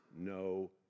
no